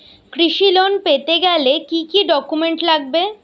কৃষি লোন পেতে গেলে কি কি ডকুমেন্ট লাগবে?